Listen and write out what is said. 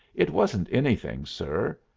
it wasn't anything, sir.